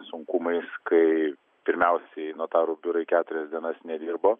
sunkumais kai pirmiausiai notarų biurai keturias dienas nedirbo